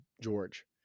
George